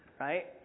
right